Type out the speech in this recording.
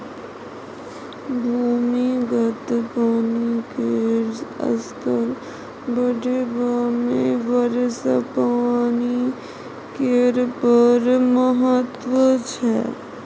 भूमिगत पानि केर स्तर बढ़ेबामे वर्षा पानि केर बड़ महत्त्व छै